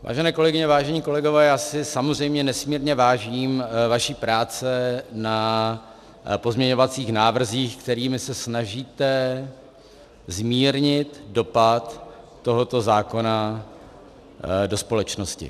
Vážené kolegyně, vážení kolegové, já si samozřejmě nesmírně vážím vaší práce na pozměňovacích návrzích, kterými se snažíte zmírnit dopad tohoto zákona do společnosti.